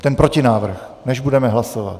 Ten protinávrh, než budeme hlasovat.